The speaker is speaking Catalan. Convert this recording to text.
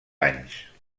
anys